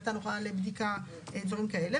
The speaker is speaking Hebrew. מתן הוראה לבדיקה ודברים כאלה,